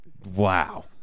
Wow